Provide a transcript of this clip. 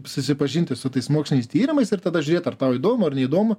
susipažinti su tais moksliniais tyrimais ir tada žiūrėt ar tau įdomu ar neįdomu